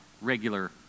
regular